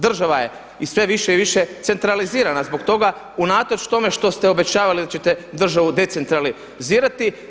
Država je sve više centralizirana zbog toga unatoč tome što ste obećavali da ćete državu decentralizirati.